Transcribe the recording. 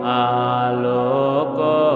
aloko